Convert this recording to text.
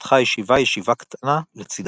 פתחה הישיבה ישיבה קטנה לצדה.